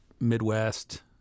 midwest